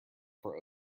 buffer